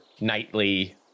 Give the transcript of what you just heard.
nightly